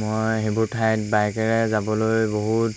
মই সেইবোৰ ঠাইত বাইকেৰে যাবলৈ বহুত